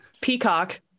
peacock